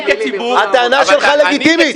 הטענה שלך לגיטימית.